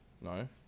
No